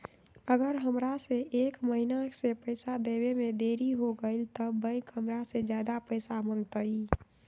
अगर हमरा से एक महीना के पैसा देवे में देरी होगलइ तब बैंक हमरा से ज्यादा पैसा मंगतइ?